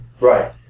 right